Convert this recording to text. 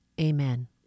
amen